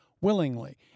willingly